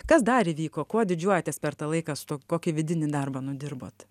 kas dar įvyko kuo didžiuojatės per tą laiką stuo kokį vidinį darbą nudirbot